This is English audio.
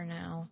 now